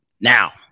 now